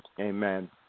Amen